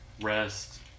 Rest